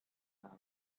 loved